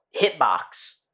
hitbox